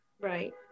Right